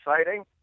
exciting